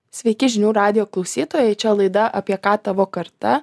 sveiki žinių radijo klausytojai čia laida apie ką tavo karta